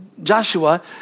joshua